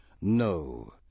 No